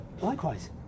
Likewise